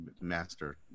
master